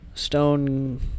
stone